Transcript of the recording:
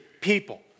people